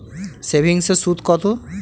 সেভিংসে সুদ কত?